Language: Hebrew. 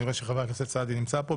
אני רואה שחבר הכנסת סעדי נמצא כאן.